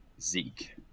Zeke